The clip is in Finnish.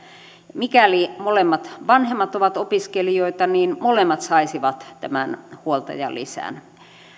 mikäli molemmat vanhemmat ovat opiskelijoita niin molemmat saisivat huoltajalisän